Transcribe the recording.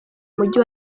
mujyi